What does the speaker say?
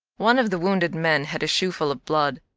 one of the wounded men had a shoeful of blood.